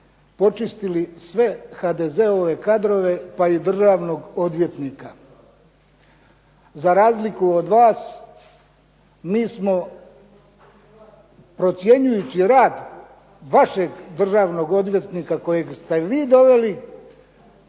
počistili sve HDZ-ove kadrove pa i državnog odvjetnika. Za razliku od vas mi smo procjenjuju ći rad vašeg državnog odvjetnika kojeg ste vi doveli,